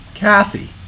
Kathy